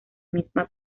misma